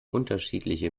unterschiedliche